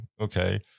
okay